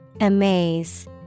Amaze